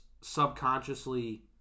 subconsciously